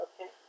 okay